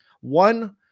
One